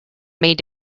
made